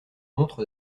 montre